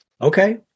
okay